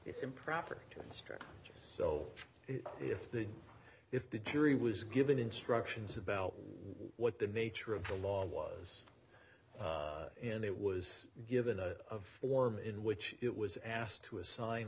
it's improper to answer just so if the if the jury was given instructions about what the nature of the law was in it was given a form in which it was asked to assign